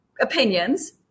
opinions